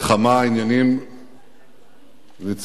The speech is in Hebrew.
לכמה עניינים רציניים,